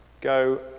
go